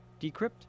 decrypt